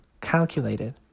calculated